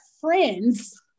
friends